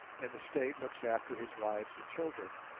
and the state looks after his wives and children.